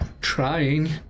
trying